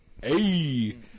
hey